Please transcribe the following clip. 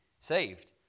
saved